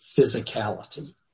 physicality